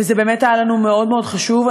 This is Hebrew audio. וזה באמת היה לנו מאוד מאוד חשוב.